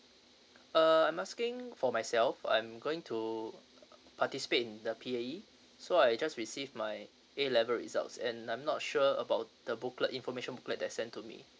uh I'm asking for myself I'm going to participate in the P_A_E so I just receive my A level results and I'm not sure about the booklet information booklet that sent to me